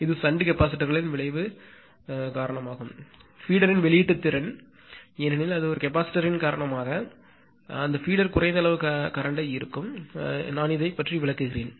இது ஷன்ட் கெபாசிட்டர்களின் விளைவு காரணமாகும் பீடர்யின் வெளியீட்டுத் திறன் ஏனெனில் அது கெபாசிட்டர் யின் காரணமாக அந்த பீடர் குறைந்த அளவு கரண்ட்த்தை ஈர்க்கும் நான் இதைப் பற்றி விளக்குகிறேன்